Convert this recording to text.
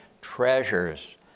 treasures